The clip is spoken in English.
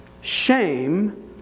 shame